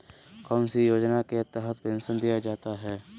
कौन सी योजना के तहत पेंसन दिया जाता है?